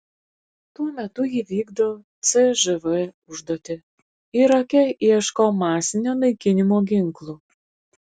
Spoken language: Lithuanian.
tuo metu ji vykdo cžv užduotį irake ieško masinio naikinimo ginklų